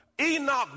Enoch